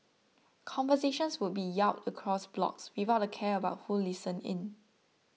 conversations would be yelled across blocks without a care about who listened in